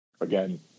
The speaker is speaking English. again